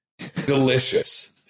delicious